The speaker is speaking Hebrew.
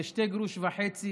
זה שני גרוש וחצי